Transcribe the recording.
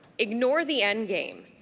ignore the end game.